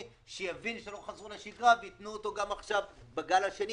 שיבין שלא חזרו לשגרה וייתנו אותו גם עכשיו בגל השני